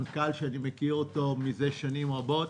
מנכ"ל שאני מכיר מזה שנים רבות.